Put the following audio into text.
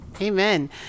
amen